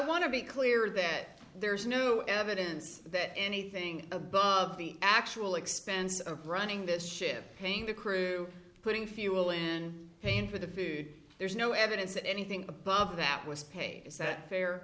want to be clear that there's no evidence that anything above the actual expense of running this ship paying the crew putting fuel in pain for the food there's no evidence that anything above that was paid is that fair